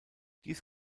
dies